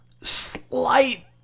slight